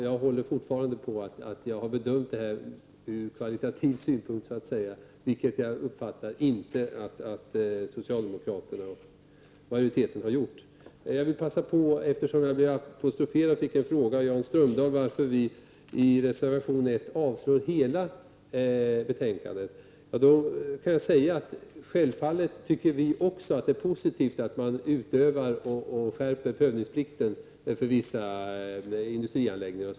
Jag håller fortfarande fast vid att jag har bedömt saken ur kvalitativ synpunkt, vilket jag inte har uppfattat att den socialdemokratiska majoriteten har gjort. Jan Strömdahl frågade mig varför vi i reservation 1 yrkar avslag på hela betänkandet. Självfallet tycker också vi att det är positivt att man utövar och skärper prövningsplikten för vissa industrianläggningar.